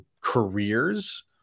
careers